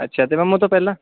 ਅੱਛਾ ਅਤੇ ਮੈਮ ਉਹ ਤੋਂ ਪਹਿਲਾਂ